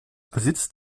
besitzt